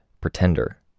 pretender